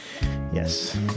yes